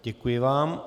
Děkuji vám.